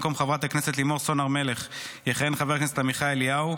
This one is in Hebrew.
במקום חברת הכנסת לימור סון הר מלך יכהן חבר הכנסת עמיחי אליהו,